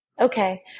okay